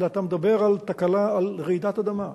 אלא אתה מדבר על רעידת אדמה,